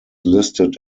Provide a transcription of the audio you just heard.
listed